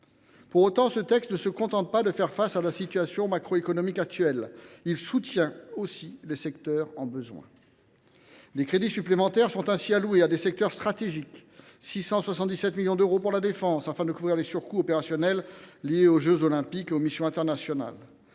Pour autant, ce texte ne se limite pas à nous permettre de faire face à la situation macroéconomique actuelle ; il apporte aussi son soutien aux secteurs qui en ont besoin. Des crédits supplémentaires sont ainsi alloués à des secteurs stratégiques : 677 millions d’euros pour la défense, afin de couvrir les surcoûts opérationnels liés aux jeux Olympiques et aux missions internationales,